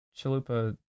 chalupa